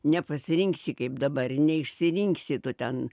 nepasirinksi kaip dabar neišsirinksi tu ten